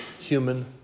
human